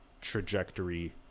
trajectory